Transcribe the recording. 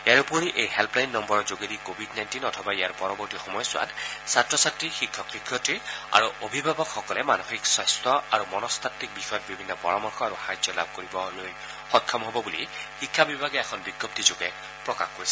ইয়াৰ উপৰি এই হেল্ললাইন নম্বৰৰ যোগেদি কোৱিড নাইণ্টিন অথবা ইয়াৰ পৰৱৰ্তী সময়ছোৱাত ছাত্ৰ ছাত্ৰী শিক্ষক শিক্ষয়িত্ৰী আৰু অভিভাৱকসকলে মানসিক স্বাস্থ্য আৰু মনস্তাত্কি বিষয়ত বিভিন্ন পৰামৰ্শ আৰু সাহায্য লাভ কৰিবলৈ সক্ষম হ'ব বুলি শিক্ষা বিভাগে এখন বিজ্ঞপ্তিযোগে প্ৰকাশ কৰিছে